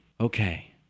Okay